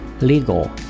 legal